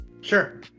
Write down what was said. Sure